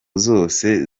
zose